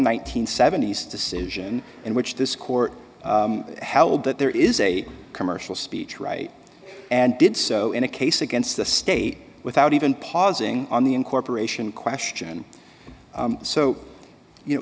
hundred seventy s decision in which this court held that there is a commercial speech right and did so in a case against the state without even pausing on the incorporation question so you know